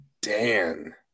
dan